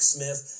Smith